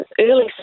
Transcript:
early